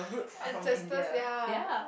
ancestors ya